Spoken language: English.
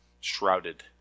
shrouded